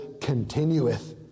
Continueth